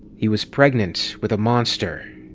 he was pregnant with a monster,